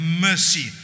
mercy